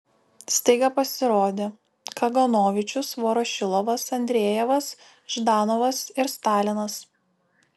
staiga pasirodė kaganovičius vorošilovas andrejevas ždanovas ir stalinas